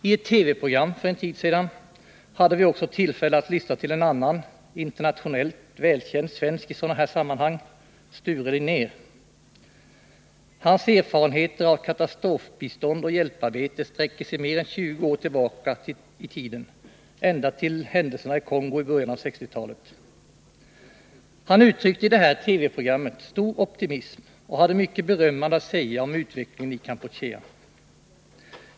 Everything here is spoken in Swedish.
I ett TV-program för en tid sedan hade vi också tillfälle att lyssna till en annan, en internationellt välkänd svensk i sådana här sammanhang, Sture Linnér. Hans erfarenheter av katastrofbistånd och hjälparbete sträcker sig mer än 20 år tillbaka i tiden, ända till händelserna i Kongo i början av 1960-talet. Han uttryckte i det här TV-programmet stor optimism och hade mycket berömmande att säga om utvecklingen i Kampuchea.